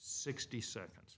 sixty seconds